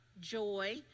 joy